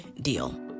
deal